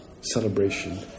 celebration